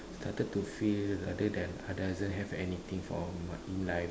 started to feel rather than I doesn't have anything for m~ in life